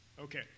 Okay